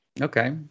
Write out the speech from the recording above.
Okay